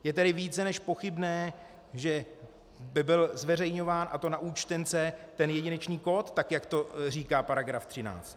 Je tedy více než pochybné, že by byl zveřejňován, a to na účtence, ten jedinečný kód tak, jak to říká § 13.